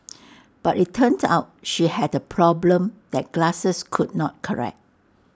but IT turned out she had A problem that glasses could not correct